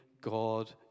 God